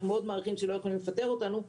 אנחנו מאוד מעריכים שלא יכולים לפטר אותנו,